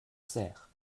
cère